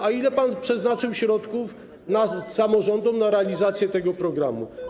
A ile pan przeznaczył środków dla samorządów na realizację tego programu?